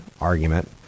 argument